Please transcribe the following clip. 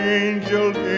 angels